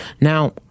Now